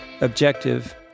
objective